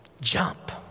Jump